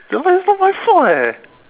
that one not my fault not my fault leh